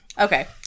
Okay